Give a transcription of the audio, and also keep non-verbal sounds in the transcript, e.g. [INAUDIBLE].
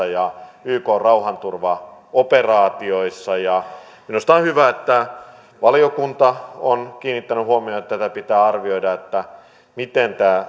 [UNINTELLIGIBLE] ja ykn rauhanturvaoperaatioissa ja minusta on hyvä että valiokunta on kiinnittänyt huomiota siihen että tätä pitää arvioida miten tämä